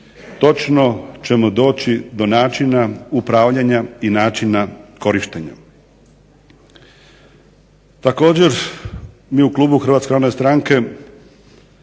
točno ćemo doći do načina upravljanja i načina korištenja. Također mi u klubu HNS smatramo da je